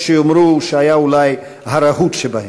יש שיאמרו שהיה אולי הרהוט שבהם.